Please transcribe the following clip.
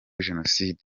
jenoside